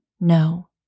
No